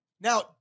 Now